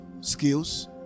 skills